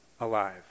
alive